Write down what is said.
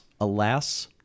alas